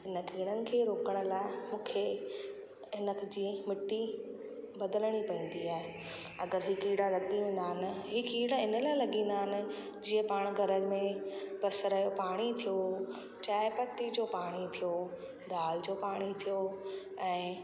इन कीड़नि खे रोकण लाइ मूंखे हिन जी मिटी बदिलणी पवंदी आहे अगरि ही कीड़ा लॻी वेंदा आहिनि ही कीड़ा इन लाइ लॻी वेंदा आहिनि जीअं पाण घरनि में बसर जो पाणी थियो चांहि पती जो पाणी थियो दाल जो पाणी थियो ऐं